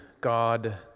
God